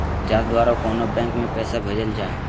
जाँच द्वारा कोनो बैंक में पैसा भेजल जा हइ